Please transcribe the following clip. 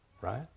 right